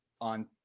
on